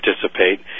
participate